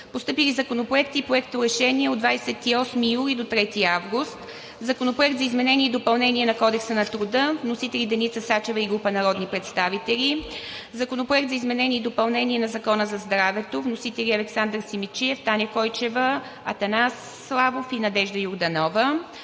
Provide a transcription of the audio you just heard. Постъпили законопроекти и проекторешения от 28 юли до 3 август 2021: Законопроект за изменение и допълнение на Кодекса на труда. Вносители – Деница Сачева и група народни представители. Законопроект за изменение и допълнение на Закона за здравето. Вносители – народните представители Александър Симидчиев, Таня Койчева, Атанас Славов и Надежда Йорданова.